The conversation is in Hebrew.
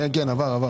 כן, כן, עבר.